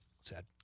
Sad